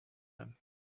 them